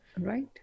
Right